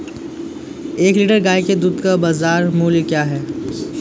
एक लीटर गाय के दूध का बाज़ार मूल्य क्या है?